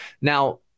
Now